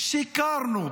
שיקרנו.